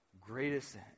greatest